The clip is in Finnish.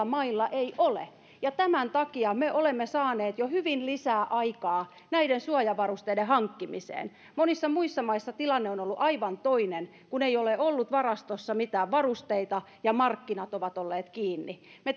mailla ei ole ja tämän takia me olemme saaneet jo hyvin lisää aikaa näiden suojavarusteiden hankkimiseen monissa muissa maissa tilanne on ollut aivan toinen kun ei ole ollut varastossa mitään varusteita ja markkinat ovat olleet kiinni me